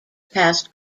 passed